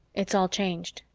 it's all changed,